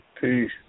Peace